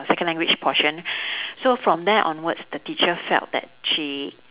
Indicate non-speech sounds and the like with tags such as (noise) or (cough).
second language portion (breath) so from there onwards the teacher felt that she